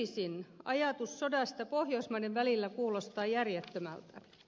nykyisin ajatus sodasta pohjoismaiden välillä kuulostaa järjettömältä